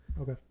Okay